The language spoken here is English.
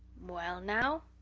well now,